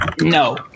No